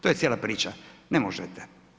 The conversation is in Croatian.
To je cijela priča, ne možete.